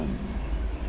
um